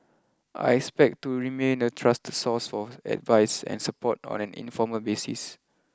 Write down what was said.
I expect to remain a trusted source for advice and support on an informal basis